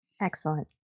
Excellent